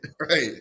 Right